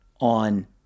on